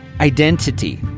identity